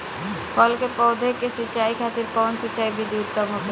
फल के पौधो के सिंचाई खातिर कउन सिंचाई विधि उत्तम होखेला?